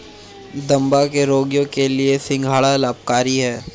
दमा के रोगियों के लिए सिंघाड़ा लाभकारी है